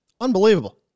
Unbelievable